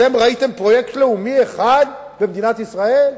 אתם ראיתם פרויקט לאומי אחד במדינת ישראל?